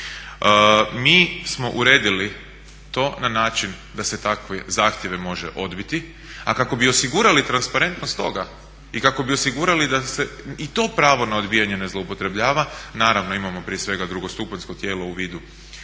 Mi smo uredili to na način da se takve zahtjeve može odbiti. A kako bi osigurali transparentnost toga i kako bi osigurali da se i to pravo na odbijanje ne zloupotrjebljava naravno imamo prije svega drugostupanjsko tijelo u vidu